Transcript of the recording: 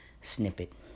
Snippet